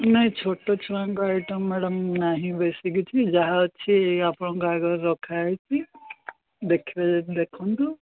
ନାଇଁ ଛୋଟ ଛୁଆଙ୍କ ଆଇଟମ୍ ମ୍ୟାଡ଼ାମ୍ ନାହିଁ ବେଶୀ କିଛି ଯାହା ଅଛି ଆପଣଙ୍କ ଆଗରେ ରଖାାହେଇଛି ଦେଖିବେ ଯଦି ଦେଖନ୍ତୁ